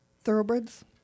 thoroughbreds